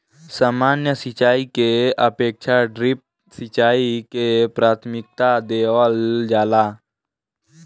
सामान्य सिंचाई के अपेक्षा ड्रिप सिंचाई के प्राथमिकता देवल जाला